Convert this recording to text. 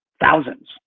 thousands